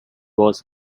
was